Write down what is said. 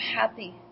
happy